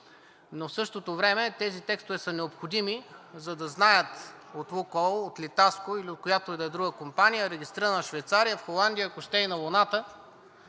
Но в същото време тези текстове са необходими, за да знаят от „Лукойл“, от „Литаско“ или от която и да е друга компания, регистрирана в Швейцария, в Холандия, ако ще и на Луната,